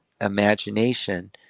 imagination